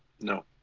No